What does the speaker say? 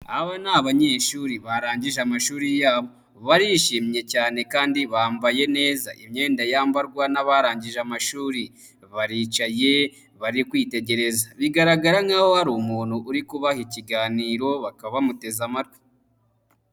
Aba ni abanyeshuri barangije amashuri yabo, barishimye cyane kandi bambaye neza imyenda yambarwa n'abarangije amashuri , baricaye bari kwitegereza, bigaragara nkaho hari umuntu uri kubaha ikiganiro, bakaba bamuteze amatwi.